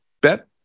bet